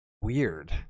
weird